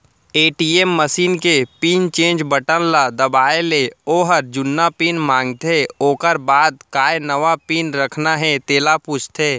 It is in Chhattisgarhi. ए.टी.एम मसीन के पिन चेंज बटन ल दबाए ले ओहर जुन्ना पिन मांगथे ओकर बाद काय नवा पिन रखना हे तेला पूछथे